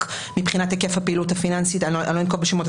מבחינת היקף הפעילות הפיננסית אני לא אנקוב בשמות,